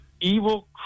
evil